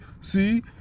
see